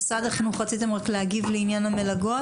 משרד החינוך, רציתם רק להגיב לעניין המלגות?